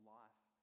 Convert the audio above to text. life